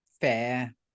Fair